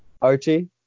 Archie